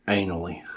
Anally